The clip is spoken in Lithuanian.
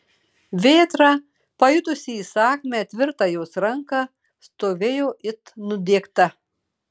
vėtra pajutusi įsakmią tvirtą jos ranką stovėjo it nudiegta